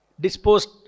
disposed